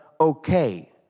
okay